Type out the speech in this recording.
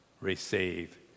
receive